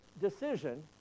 decision